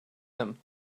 him